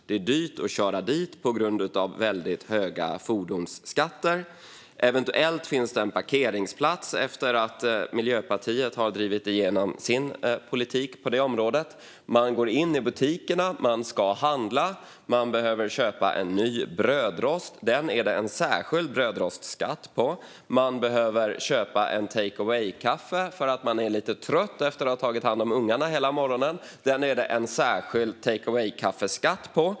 Det är dyrt att köra dit på grund av väldigt höga fordonsskatter. Eventuellt finns det en parkeringsplats efter att Miljöpartiet har drivit igenom sin politik på det området. Man går in i butikerna och ska handla. Man behöver köpa en ny brödrost. Den är det en särskild brödrostsskatt på. Man behöver köpa en take away-kaffe för att man är lite trött efter att ha tagit hand om ungarna hela morgonen. Den är det en särskild take away-kaffeskatt på.